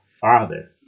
Father